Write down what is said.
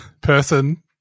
person